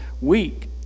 week